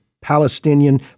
Palestinian